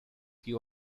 you